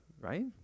right